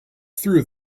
through